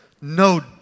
no